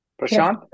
Prashant